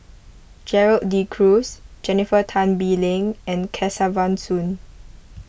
Gerald De Cruz Jennifer Tan Bee Leng and Kesavan Soon